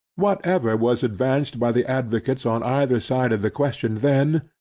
whatever was advanced by the advocates on either side of the question then,